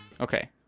Okay